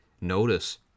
Notice